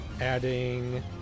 Adding